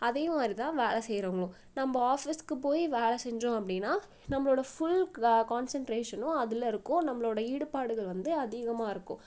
அதேமாதிரிதான் வேலை செய்கிறவங்களும் நம்ம ஆஃபீஸ்க்கு போய் வேலை செஞ்சோம் அப்படின்னா நம்மளோட ஃபுல் க கான்ஷன்ரேஷனும் அதில் இருக்கும் நம்மளோடய ஈடுபாடுகள் வந்து அதிகமாக இருக்கும்